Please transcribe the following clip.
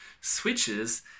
switches